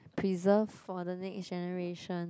preserve for the next generation